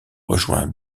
rejoint